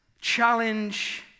challenge